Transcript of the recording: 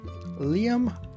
Liam